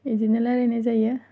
बिदिनो रायलायनाय जायो